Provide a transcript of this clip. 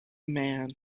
man